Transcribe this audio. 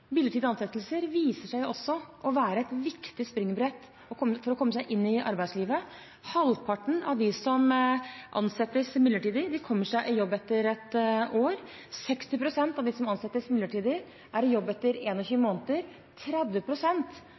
Midlertidige ansettelser viser seg også å være et viktig springbrett for å komme seg inn i arbeidslivet. Halvparten av dem som ansettes midlertidig, kommer seg i jobb etter ett år. 60 pst. av dem som ansettes midlertidig, er i jobb etter 21 måneder,